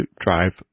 drive